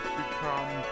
become